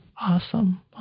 Awesome